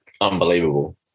unbelievable